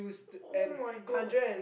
[oh]-my-god